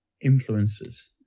influences